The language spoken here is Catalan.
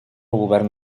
govern